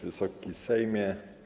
Wysoki Sejmie!